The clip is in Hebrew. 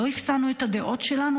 לא איפסנו את הדעות שלנו,